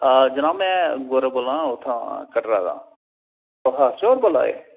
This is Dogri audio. जनाब में गौरव बोला दा उत्थुआं कटरा दा तुस हर्ष होर बोला दे